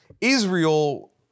Israel